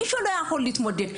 מי שלא יכול להתמודד?